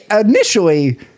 Initially